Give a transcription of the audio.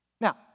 now